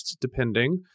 depending